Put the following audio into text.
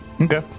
Okay